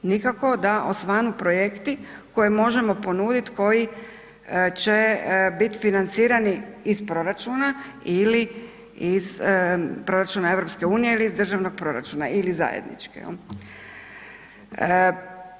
Nikako da osvanu projekti koje možemo ponuditi, koji će biti financirani iz proračuna ili iz proračuna EU ili iz državnog proračuna ili zajednički, je li?